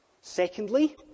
Secondly